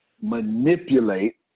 manipulate